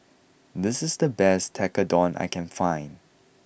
this is the best Tekkadon I can find